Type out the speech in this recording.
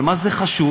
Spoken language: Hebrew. אבל מה זה חשוב?